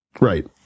Right